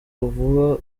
vuba